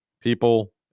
people